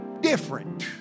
different